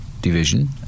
division